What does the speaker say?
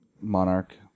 monarch